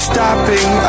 stopping